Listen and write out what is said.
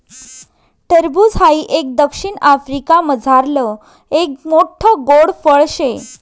टरबूज हाई एक दक्षिण आफ्रिकामझारलं एक मोठ्ठ गोड फळ शे